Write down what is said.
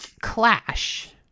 Clash